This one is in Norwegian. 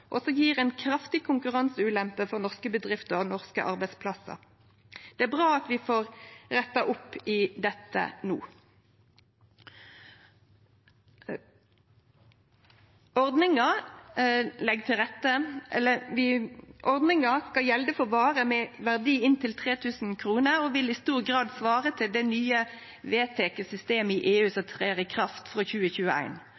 som svekkjer inntektene til staten og gjev ei kraftig konkurranseulempe for norske bedrifter og norske arbeidsplassar. Det er bra at vi får retta opp i dette no. Ordninga skal gjelde for varer med verdi inntil 3 000 kr og vil i stor grad svare til det nye vedteke systemet i EU